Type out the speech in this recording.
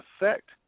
effect